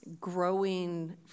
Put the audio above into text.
growing